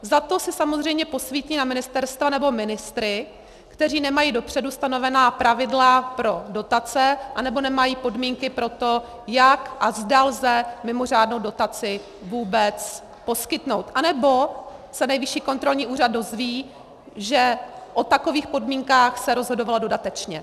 Zato si samozřejmě posvítí na ministerstva nebo ministry, kteří nemají dopředu stanovená pravidla pro dotace anebo nemají podmínky pro to, jak a zda lze mimořádnou dotaci vůbec poskytnout, anebo se Nejvyšší kontrolní úřad dozví, že o takových podmínkách se rozhodovalo dodatečně.